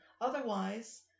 Otherwise